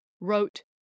wrote